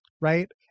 Right